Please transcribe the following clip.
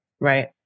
Right